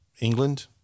England